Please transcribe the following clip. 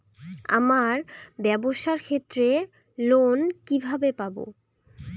আমার ব্যবসার ক্ষেত্রে লোন কিভাবে পাব?